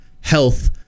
health